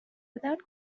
without